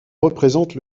représente